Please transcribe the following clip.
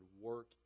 work